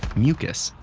mucus,